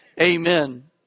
amen